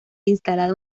instalada